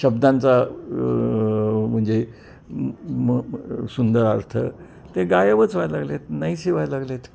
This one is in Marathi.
शब्दांचा म्हणजे म सुंदर अर्थ ते गायबच व्हायला लागले आहेत नाहीसे व्हायला लागले आहेत